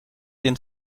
den